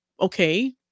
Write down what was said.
okay